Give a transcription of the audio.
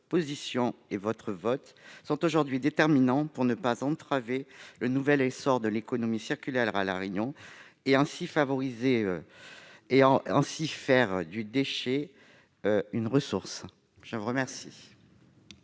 votre position et votre vote sont déterminants pour ne pas entraver le nouvel essor de l'économie circulaire à La Réunion et ainsi faire du déchet une ressource. Quel